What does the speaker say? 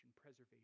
preservation